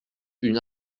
une